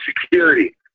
security